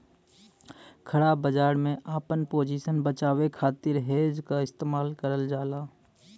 ख़राब बाजार में आपन पोजीशन बचावे खातिर हेज क इस्तेमाल करल जाला